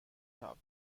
job